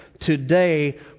Today